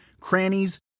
crannies